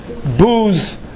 Booze